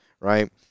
right